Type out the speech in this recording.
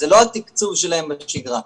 זה לא התקצוב שלהם בשגרה.